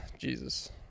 Jesus